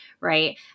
Right